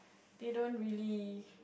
they don't really